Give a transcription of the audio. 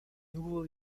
nouveaux